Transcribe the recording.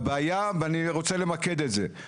אני רוצה למקד את זה,